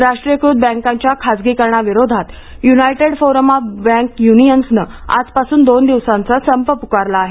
राष्ट्रीयीकृत बँकांच्या खासगीकरणाविरोधात United Forum of Bank Unions नं आजपासून दोन दिवसांचा संप पुकारला आहे